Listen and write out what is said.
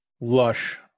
lush